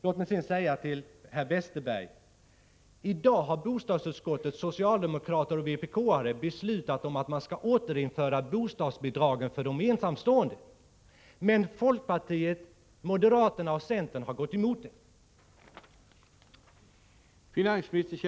Låt mig sedan säga följande till herr Westerberg: I dag har bostadsutskottets socialdemokrater och vpk-are beslutat föreslå riksdagen att återinföra bostadsbidragen för ensamstående. Folkpartiet, moderaterna och centern gick emot detta.